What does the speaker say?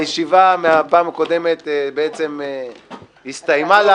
הישיבה מהפעם הקודמת הסתיימה לה.